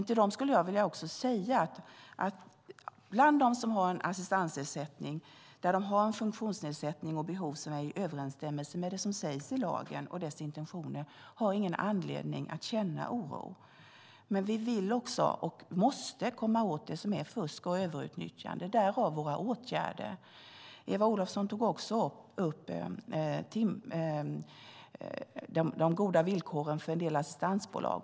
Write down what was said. Till dem skulle jag vilja säga att de som har en assistansersättning där de har en funktionsnedsättning och behov som är i överensstämmelse med det som sägs i lagen och dess intentioner har ingen anledning att känna oro. Men vi vill och måste också komma åt det som är fusk och överutnyttjande. Därav våra åtgärder. Eva Olofsson tog också upp de goda villkoren för en del assistansbolag.